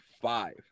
five